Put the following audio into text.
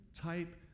type